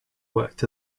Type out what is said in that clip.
worked